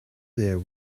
there